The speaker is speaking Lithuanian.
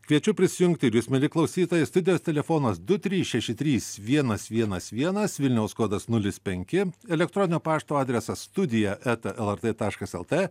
kviečiu prisijungti ir jus mieli klausytojai studijos telefonas du trys šeši trys vienas vienas vienas vilniaus kodas nulis penki elektroninio pašto adresas studija eta lrt taškas lt